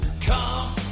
Come